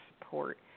support